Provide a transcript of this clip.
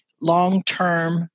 long-term